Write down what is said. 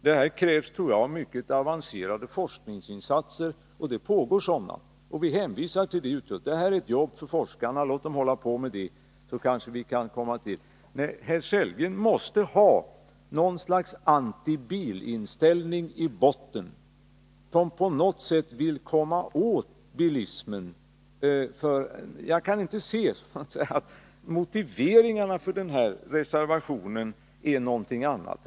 Jag tror att det krävs mycket avancerade forskningsinsatser, och det pågår sådana. Vi hänvisar till det i betänkandet. Detta är ett jobb för forskarna. Låt dem hålla på med det, så kanske vi kan få klarhet. Herr Sellgren måste ha någon slags antibilinställning i botten. Han vill på något sätt komma åt bilismen. Jag kan inte se att motiveringarna för reservationen är någonting annat.